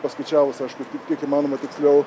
paskaičiavus aišku tik tiek kiek įmanoma tiksliau